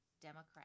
Democrat